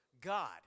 God